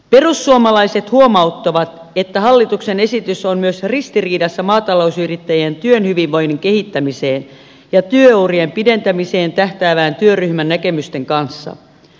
perussuomalaiset huomauttavat että hallituksen esitys on myös ristiriidassa maatalousyrittäjien työhyvinvoinnin kehittämiseen ja työurien pidentämiseen tähtäävän työryhmän näkemysten kanssa